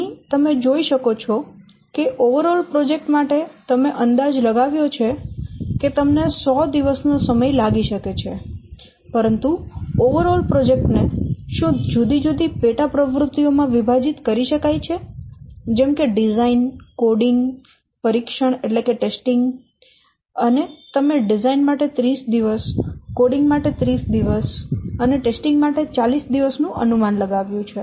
અહીં તમે જોઈ શકો છો કે એકંદર પ્રોજેક્ટ માટે તમે અંદાજ લગાવ્યો છે કે તમને 100 દિવસ નો સમય લાગી શકે છે પરંતુ એકંદરે પ્રોજેક્ટ ને શું જુદી જુદી પેટા પ્રવૃત્તિઓમાં વિભાજિત કરી શકાય છે જેમ કે ડિઝાઇન કોડિંગ પરીક્ષણ વગેરે અને તમે ડિઝાઇન માટે 30 દિવસ કોડિંગ માટે 30 દિવસ અને પરીક્ષણ માટે 40 દિવસ નું અનુમાન લગાવ્યું છે